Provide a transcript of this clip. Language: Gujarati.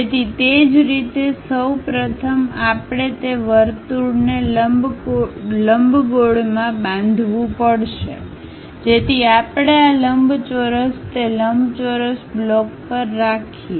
તેથી તે જ રીતે સૌ પ્રથમ આપણે તે વર્તુળને લંબગોળમાં બાંધવું પડશે જેથી આપણે આ લંબચોરસ તે લંબચોરસ બ્લોક પર રાખીએ